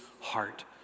heart